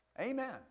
Amen